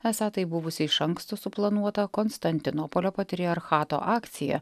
esą tai buvusi iš anksto suplanuota konstantinopolio patriarchato akcija